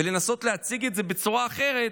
ולנסות להציג את זה בצורה אחרת,